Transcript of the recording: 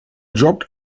jobbt